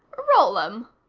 roll em.